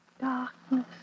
Darkness